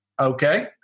okay